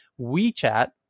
WeChat